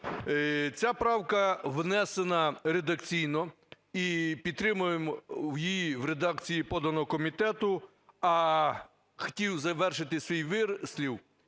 Ця правка внесена редакційно і підтримуємо її в редакції, поданої комітету. А хотів завершити свій вислів